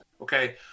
Okay